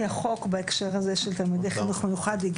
החוק בהקשר הזה של תלמידי החינוך המיוחד,